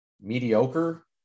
mediocre